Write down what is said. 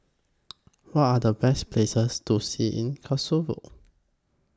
What Are The Best Places to See in Kosovo